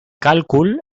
càlcul